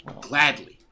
gladly